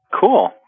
Cool